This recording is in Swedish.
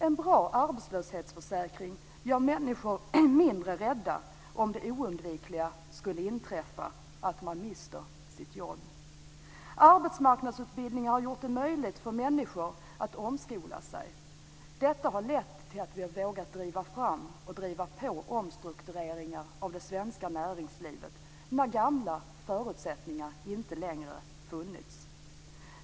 En bra arbetslöshetsförsäkring gör människor mindre rädda om det oundvikliga skulle inträffa, att man mister sitt jobb. Arbetsmarknadsutbildning har gjort det möjligt för människor att omskola sig. Det har lett till att vi har vågat driva fram och driva på omstruktureringar av det svenska näringslivet när gamla förutsättningar inte längre har funnits.